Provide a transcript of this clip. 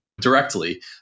directly